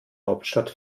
hauptstadt